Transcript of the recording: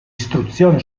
istruzione